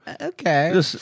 Okay